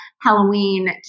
Halloween